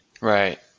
Right